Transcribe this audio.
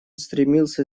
стремился